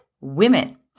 women